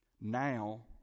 Now